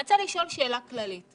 אני רוצה לשאול שאלה כללית,